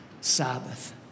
Sabbath